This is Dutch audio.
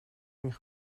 ging